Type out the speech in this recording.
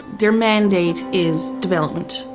their mandate is development,